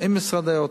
עם משרד האוצר.